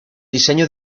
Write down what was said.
diseño